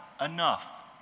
enough